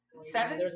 Seven